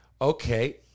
Okay